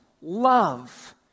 love